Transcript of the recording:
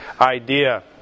idea